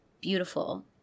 beautiful